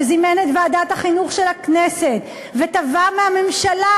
שזימן את ועדת החינוך של הכנסת ותבע מהממשלה,